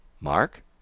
Mark